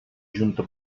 junta